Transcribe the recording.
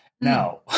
Now